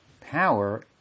power